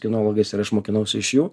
kinologais ir aš mokinausi iš jų